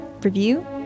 review